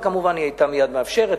וכמובן היא היתה מייד מאפשרת,